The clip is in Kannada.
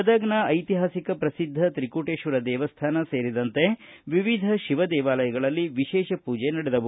ಗದಗನಲ್ಲಿ ಐತಿಹಾಸಿಕ ಪ್ರಸಿದ್ದ ತ್ರೀಕೂಟೇಶ್ವರ ದೇವಸ್ಥಾನ ಸೇರಿದಂತೆ ವಿವಿಧ ಶಿವ ದೇವಾಲಯಗಳಲ್ಲಿ ವಿಶೇಷ ಪೂಜೆ ನಡೆದವು